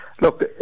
look